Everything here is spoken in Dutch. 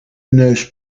neus